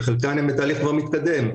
יש כאלו בתהליך מתקדם.